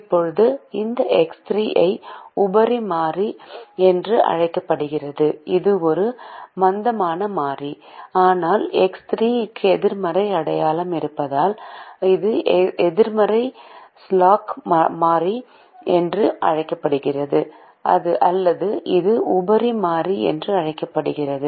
இப்போது இந்த எக்ஸ் 3 ஐ உபரி மாறி என்று அழைக்கப்படுகிறது இது ஒரு மந்தமான மாறி ஆனால் எக்ஸ் 3 க்கு எதிர்மறை அடையாளம் இருப்பதால் இது எதிர்மறை ஸ்லாக் மாறி என்றும் அழைக்கப்படுகிறது அல்லது இது உபரி மாறி என்று அழைக்கப்படுகிறது